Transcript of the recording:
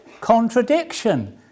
contradiction